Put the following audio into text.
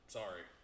sorry